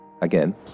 Again